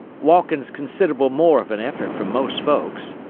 walkin's considerable more of an effort for most folks.